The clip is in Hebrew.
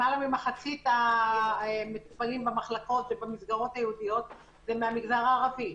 למעלה ממחצית מהמטופלים במחלקות ובמסגרות היהודיות הם מהמגזר הערבי.